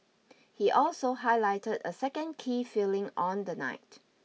he also highlighted a second key failing on the night